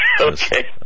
Okay